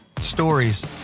Stories